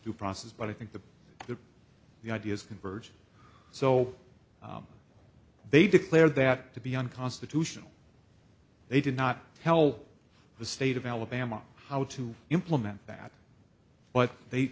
due process but i think the the the ideas converge so they declare that to be unconstitutional they did not tell the state of alabama how to implement that but they